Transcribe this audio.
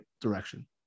direction